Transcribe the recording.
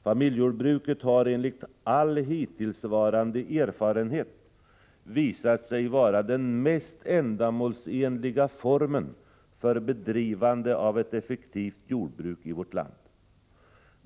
Familjejordbruket har enligt all hittillsvarande erfarenhet visat sig vara den mest ändamålsenliga formen för bedrivande av ett effektivt jordbruk i vårt land.